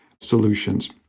solutions